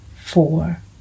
four